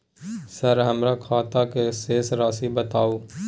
Sir हमर खाता के शेस राशि बताउ?